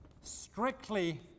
strictly